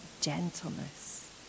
gentleness